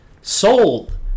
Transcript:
sold